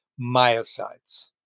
myocytes